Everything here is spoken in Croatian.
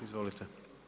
Izvolite.